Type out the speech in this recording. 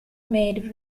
made